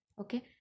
okay